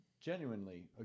genuinely